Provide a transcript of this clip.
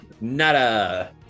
Nada